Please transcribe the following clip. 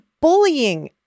bullying